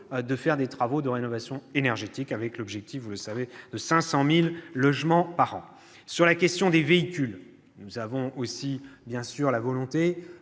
de faire des travaux de rénovation énergétique. Nous avons un objectif, vous le savez, de 500 000 logements rénovés par an. Sur la question des véhicules, nous avons aussi la volonté,